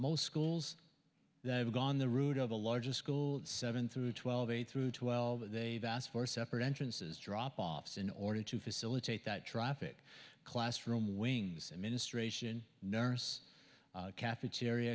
most schools that have gone the route of the largest school seven through twelve eight through twelve they've asked for separate entrances drop offs in order to facilitate that traffic classroom wings administration nurse cafeteria